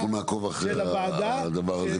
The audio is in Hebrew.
אנחנו נעקוב אחרי הדבר הזה,